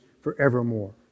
forevermore